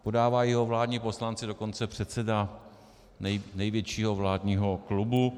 Podávají ho vládní poslanci, dokonce předseda největšího vládního klubu.